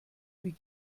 wie